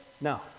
No